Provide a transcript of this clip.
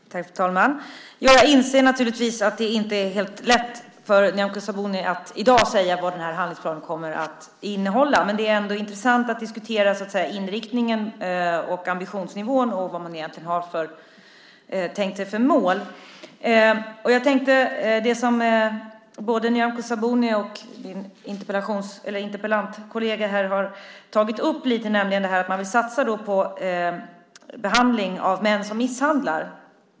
Fru talman! Jag inser naturligtvis att det inte är helt lätt för Nyamko Sabuni att säga vad handlingsplanen kommer att innehålla. Det är ändå intressant att diskutera inriktningen, ambitionsnivån och vad man har tänkt sig för mål. Både Nyamko Sabuni och min meddebattör har tagit upp att man vill satsa på behandling av män som misshandlar.